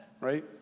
Right